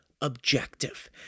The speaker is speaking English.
Objective